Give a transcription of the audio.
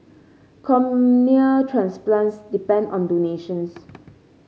cornea transplants depend on donations